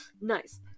nice